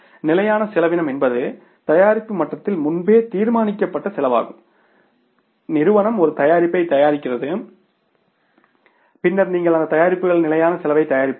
நிலையான செலவினம் என்பது தயாரிப்பு மட்டத்தில் முன்பே தீர்மானிக்கப்பட்ட செலவாகும் நிறுவனம் ஒரு தயாரிப்பைத் தயாரிக்கிறது பின்னர் நீங்கள் அந்த தயாரிப்புக்கான நிலையான செலவைத் தயாரிப்பீர்கள்